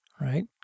right